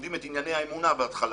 שלומדים את ענייני האמונה בהתחלה,